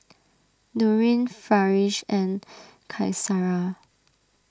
Nurin Farish and Qaisara